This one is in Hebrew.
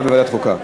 בוועדת החוקה.